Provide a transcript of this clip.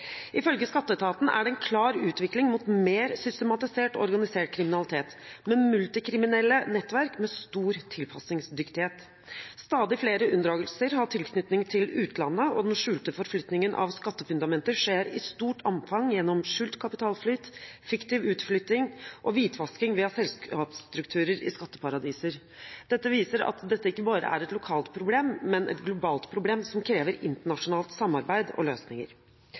Ifølge skatteetaten er det en klar utvikling mot mer systematisert og organisert kriminalitet med multikriminelle nettverk med stor tilpasningsdyktighet. Stadig flere unndragelser har tilknytning til utlandet, og den skjulte forflytningen av skattefundamenter skjer i stort omfang gjennom skjult kapitalflyt, fiktiv utflytting og hvitvasking via selskapsstrukturer i skatteparadiser. Dette viser at dette ikke bare er et lokalt problem, men et globalt problem som krever internasjonalt samarbeid og internasjonale løsninger.